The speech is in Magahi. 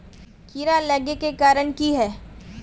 कीड़ा लागे के कारण की हाँ?